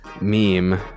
meme